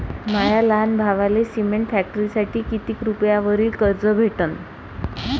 माया लहान भावाले सिमेंट फॅक्टरीसाठी कितीक रुपयावरी कर्ज भेटनं?